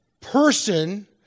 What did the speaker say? person